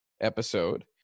episode